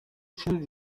چیز